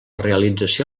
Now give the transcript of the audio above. realització